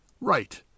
Right